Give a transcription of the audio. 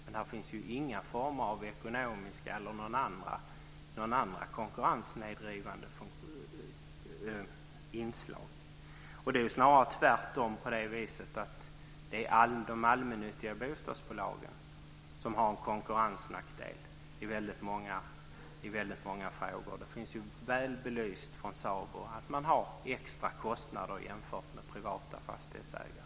Men här finns inga former av ekonomiska eller något annat konkurrenssnedvridande inslag. Det är snarare tvärtom på det viset att de allmännyttiga bostadsbolagen har en konkurrensnackdel i väldigt många frågor. Det är väl belyst från SABO att man har extra kostnader jämfört med privata fastighetsägare.